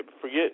forget